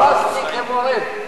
אני הוכרזתי כמורד.